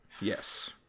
Yes